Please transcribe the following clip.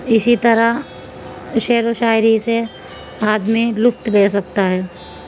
اسی طرح شعر و شاعری سے آدمی لطف لے سکتا ہے